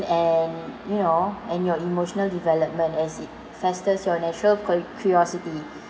and you know and your emotional development as it festers your natural cur~ curiosity